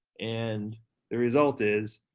and the result is,